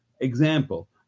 Example